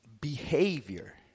behavior